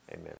Amen